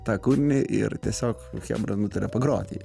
tą kūrinį ir tiesiog chebra nutarė pagroti